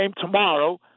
tomorrow